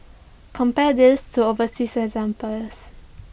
compare this to overseas examples